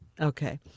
Okay